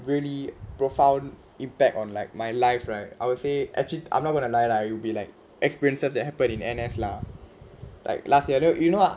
really profound impact on like my life right I will say actually I'm not going to lie lah it will be like experiences that happen in N_S lah like last year you know [what]